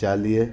चालीह